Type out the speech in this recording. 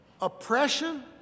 Oppression